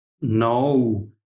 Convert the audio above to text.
No